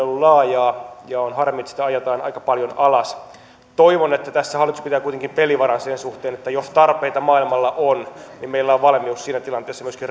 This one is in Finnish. ollut laajaa ja on harmi että sitä ajetaan aika paljon alas toivon että tässä hallitus pitää kuitenkin pelivaraa sen suhteen että jos tarpeita maailmalla on niin meillä on valmius siinä tilanteessa myöskin